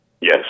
Yes